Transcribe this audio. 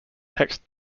text